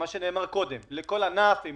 כמו שנאמר קודם שכל ענף ישב בשולחן עגול